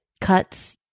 cuts